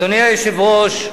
אדוני היושב-ראש,